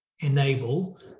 enable